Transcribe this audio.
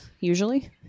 usually